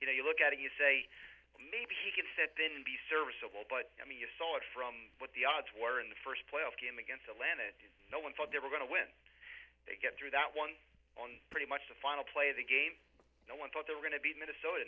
you know you look at it you say maybe he could set then be serviceable but i mean you saw it from what the odds were in the first playoff game against the lan it is no one thought they were going to win they get through that one on pretty much the final play the game no one thought they were going to be minnesota